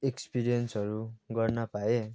एक्सपिरियन्सहरू गर्न पाएँ